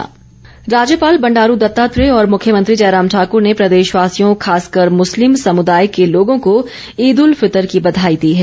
ईद राज्यपाल बंडारू दत्तात्रेय और मुख्यमंत्री जयराम ठाकुर ने प्रदेश वासियों खासकर मुस्लिम समुदाय के लोगों को ईद उल फितर की बधाई दी है